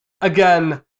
again